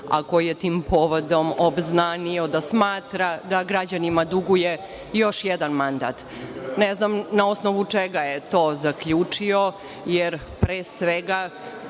a koji je tim povodom obznanio da smatra da građanima duguje još jedan mandat. Ne znam na osnovu čega je to zaključio jer pre svega